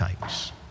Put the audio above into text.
takes